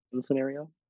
scenario